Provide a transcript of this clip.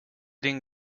den